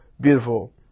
beautiful